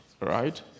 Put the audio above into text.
right